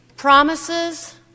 Promises